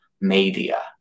media